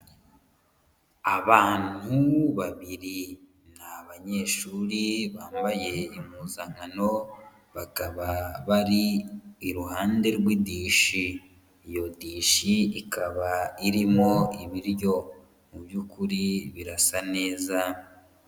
Abantu babiri, ni abanyeshuri bambaye impuzankano, bakaba bari iruhande rw'idishi, iyo dishi ikaba irimo ibiryo mu by'ukuri birasa neza.